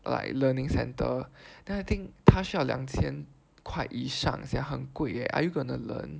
like learning center then I think 他需要两千块以上 sia 很贵 leh are you going to learn